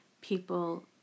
people